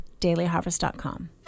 dailyharvest.com